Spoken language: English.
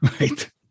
Right